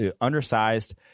undersized